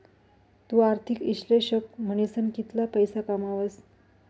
तु आर्थिक इश्लेषक म्हनीसन कितला पैसा कमावस